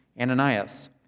Ananias